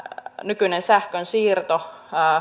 nykyinen sähkönsiirtolaki